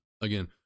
Again